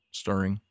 stirring